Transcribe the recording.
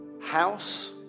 house